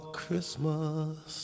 christmas